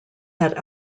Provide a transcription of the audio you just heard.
had